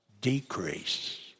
decrease